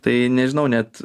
tai nežinau net